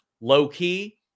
Low-key